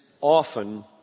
often